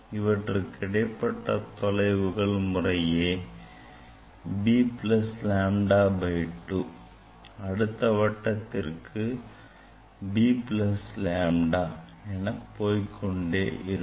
இவற்றுக்கு இடைப்பட்ட தொலைவுகள் முறையே b plus lambda by 2 அடுத்த வட்டத்திற்கு b plus lambda என போய்க்கொண்டே இருக்கும்